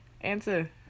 Answer